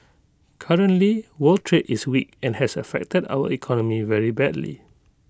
currently world trade is weak and has affected our economy very badly